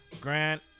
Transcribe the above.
Grant